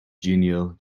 genial